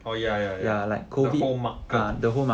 oh ya ya ya the whole market